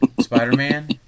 Spider-Man